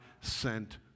sent